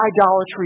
idolatry